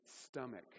stomach